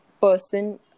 person